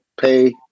pay